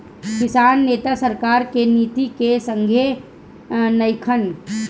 किसान नेता सरकार के नीति के संघे नइखन